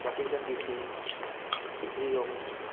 Washington DC New York